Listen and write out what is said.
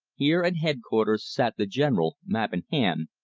here at headquarters sat the general, map in hand,